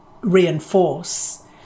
reinforce